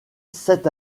sept